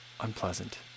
unpleasant